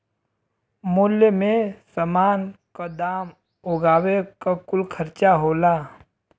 मूल्य मे समान क दाम उगावे क कुल खर्चा होला